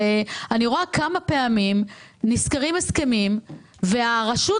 ואני רואה כמה מפעמים נסגרים הסכמים והרשות,